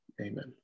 Amen